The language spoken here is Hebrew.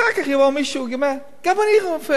אחר כך יבוא מישהו: גם אני רופא.